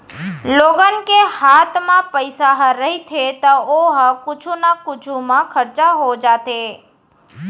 लोगन के हात म पइसा ह रहिथे त ओ ह कुछु न कुछु म खरचा हो जाथे